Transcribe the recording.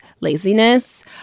laziness